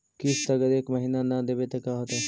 किस्त अगर एक महीना न देबै त का होतै?